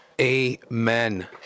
Amen